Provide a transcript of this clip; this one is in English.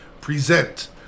present